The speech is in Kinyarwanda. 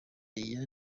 aya